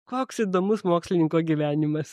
koks įdomus mokslininko gyvenimas